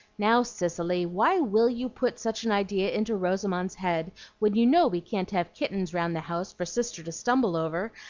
now, cicely, why will you put such an idea into rosamond's head when you know we can't have kittens round the house for sister to stumble over,